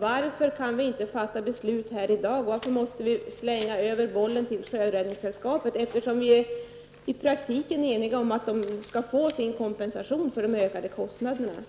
Varför kan vi inte fatta beslut i dag, varför måste vi slänga över bollen till Sjöräddningssällskapet? I praktiken är vi ju eniga om att Sjöräddningssällskapet skall få sin kompensation för de ökade kostnaderna.